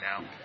now